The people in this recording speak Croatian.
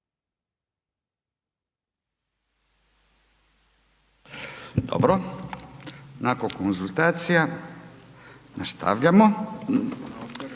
Dobro. Nakon konzultacija nastavljamo